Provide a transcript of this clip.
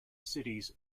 cities